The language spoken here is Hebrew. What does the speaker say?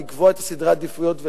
לקבוע את סדרי העדיפויות ולהחליט.